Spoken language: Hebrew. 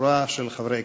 שורה של חברי כנסת.